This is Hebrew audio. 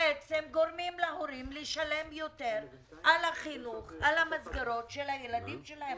בעצם גורמים להורים לשלם יותר על החינוך ועל המסגרות של הילדים שלהם